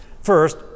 First